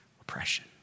oppression